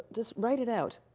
just write it out.